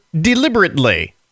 deliberately